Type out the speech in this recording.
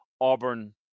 Auburn